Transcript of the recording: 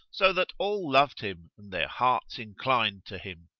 so that all loved him and their hearts inclined to him.